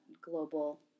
global